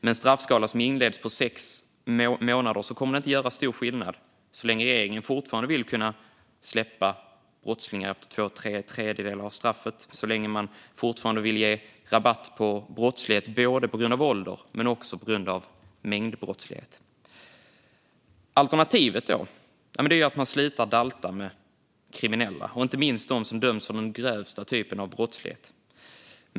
Med en straffskala som inleds på sex månader kommer det inte att göra stor skillnad så länge regeringen fortfarande vill kunna släppa brottslingar efter att två tredjedelar av straffet är avtjänat och så länge man fortfarande vill ge rabatt på brottslighet både på grund av ålder och på grund av mängdbrottslighet. Alternativet är att man slutar dalta med kriminella, och inte minst dem som döms för den grövsta typen av brottslighet.